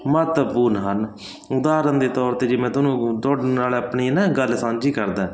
ਮਹੱਤਵਪੂਰਣ ਹਨ ਉਦਾਹਰਨ ਦੇ ਤੌਰ 'ਤੇ ਜੇ ਮੈਂ ਤੁਹਾਨੂੰ ਤੁਹਾਡੇ ਨਾਲ ਆਪਣੀ ਨਾ ਗੱਲ ਸਾਂਝੀ ਕਰਦਾ